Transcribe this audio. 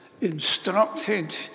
instructed